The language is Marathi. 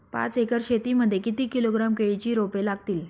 पाच एकर शेती मध्ये किती किलोग्रॅम केळीची रोपे लागतील?